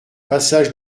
passage